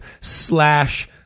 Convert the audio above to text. slash